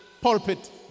pulpit